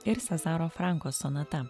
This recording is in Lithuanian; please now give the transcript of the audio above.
ir sezaro franko sonata